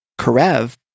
Karev